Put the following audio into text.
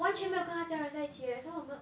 完全没有跟他家人在一起的 leh 所以我们